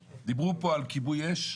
חשוב.